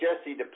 Jesse